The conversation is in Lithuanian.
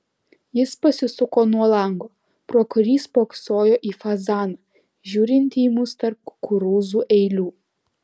jis pasisuko nuo lango pro kurį spoksojo į fazaną žiūrintį į mus tarp kukurūzų eilių